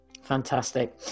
Fantastic